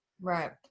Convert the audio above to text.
Right